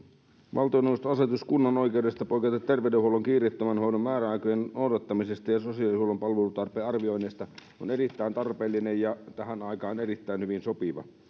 valtioneuvoston asetus kunnan oikeudesta poiketa terveydenhuollon kiireettömän hoidon määräaikojen noudattamisesta ja sosiaalihuollon palvelutarpeen arvioinneista on erittäin tarpeellinen ja tähän aikaan erittäin hyvin sopiva